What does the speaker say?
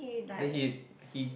then he he